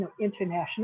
international